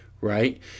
Right